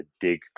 dig